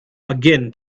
again